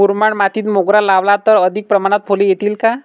मुरमाड मातीत मोगरा लावला तर अधिक प्रमाणात फूले येतील का?